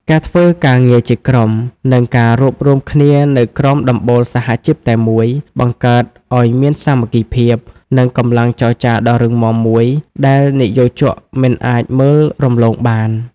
ការធ្វើការងារជាក្រុម និងការរួបរួមគ្នានៅក្រោមដំបូលសហជីពតែមួយ បង្កើតឱ្យមានសាមគ្គីភាព និងកម្លាំងចរចាដ៏រឹងមាំមួយដែលនិយោជកមិនអាចមើលរំលងបានឡើយ។